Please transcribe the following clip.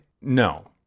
no